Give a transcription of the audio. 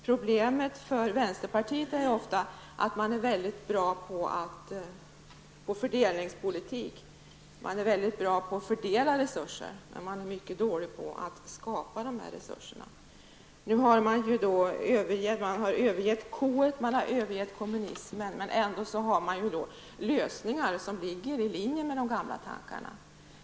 Problemet för vänsterpartiet är ofta att man är mycket bra på fördelningspolitik, på att fördela resurser, men man är däremot mycket dålig på att skapa dessa resurser. Nu har partiet övergett k-et, man har övergett kommunismen, men ändå har man lösningar som ligger i linje med de gamla tankarna.